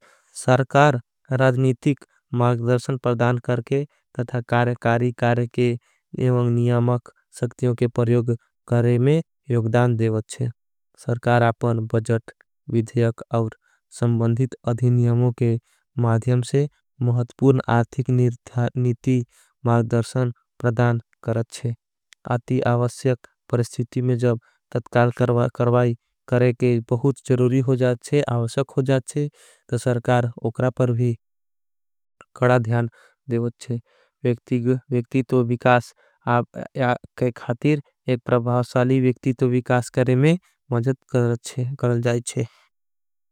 सरकार राजनीतीक मार्गधर्शन परदान करके तथा कारे कारी कारे। के एवंग नियामक सक्तियों के परयोग करे में योगदान देवत छे। सरकार अपन बजट विध्यक और संबंधित अधिनियमों के माध्यम। से महत्पूर्ण आर्थिक नीती मार्गधर्शन परदान करत छे सरकार उक्रा। पर भी कड़ा ध्यान देवत छे विक्तित्व विकास के खातीर एक। प्रभावसाली विक्तित्व विकास करे में मजद करल जायचे।